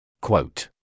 Quote